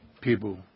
people